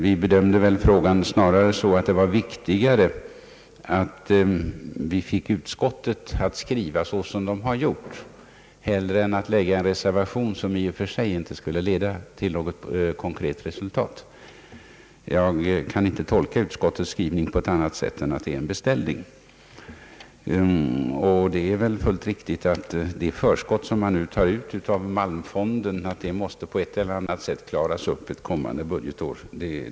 Vi bedömde väl snarare frågan så att det var viktigare att vi fick utskottet att skriva som det har gjort än att lägga en reservation som i och för sig inte skulle leda till något konkret resultat. Jag kan inte tolka utskottets skrivning på annat sätt än som en beställning, och det är väl fullt riktigt att de förskott som man nu tar ut av malmfonden på ett eller annat sätt måste klaras upp ett kommande budgetår.